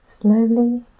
Slowly